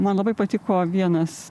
man labai patiko vienas